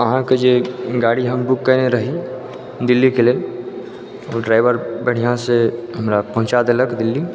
अहाँके जे गाड़ी हम बुक कएने रही दिल्लीके लेल ओ ड्राइवर बढ़िआँसँ हमरा पहुँचा देलक दिल्ली